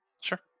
Sure